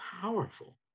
powerful